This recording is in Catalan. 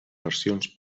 versions